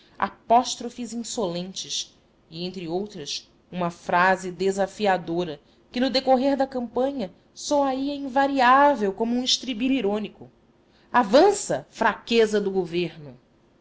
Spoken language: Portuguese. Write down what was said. solta apóstrofes insolentes e entre outras uma frase desafiadora que no decorrer da campanha soaria invariável como um estribilho irônico avança fraqueza do governo